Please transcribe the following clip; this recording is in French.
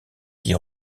qui